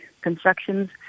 constructions